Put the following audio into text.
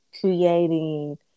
creating